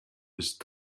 ist